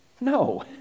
No